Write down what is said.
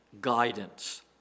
guidance